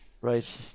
Right